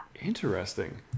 Interesting